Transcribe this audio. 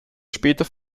später